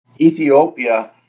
Ethiopia